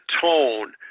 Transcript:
tone